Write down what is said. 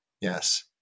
Yes